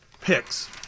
picks